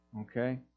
Okay